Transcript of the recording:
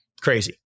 crazy